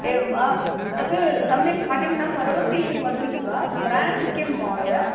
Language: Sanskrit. एवं वा तत् सम्यक् कार्यं न करोति इति वदन्ति वा तत् ब्रेण्ड् किं महोदय